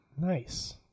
Nice